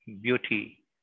beauty